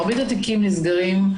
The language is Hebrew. מרבית התיקים נסגרים,